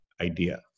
idea